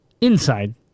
inside